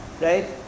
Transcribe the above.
right